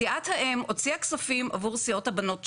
סיעת האם כבר הוציאה את הכספים עבור סיעות הבנות שלה.